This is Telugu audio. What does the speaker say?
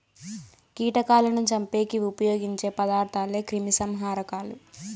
కీటకాలను చంపేకి ఉపయోగించే పదార్థాలే క్రిమిసంహారకాలు